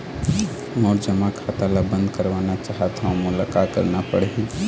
मोर जमा खाता ला बंद करवाना चाहत हव मोला का करना पड़ही?